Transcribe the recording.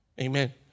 Amen